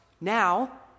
now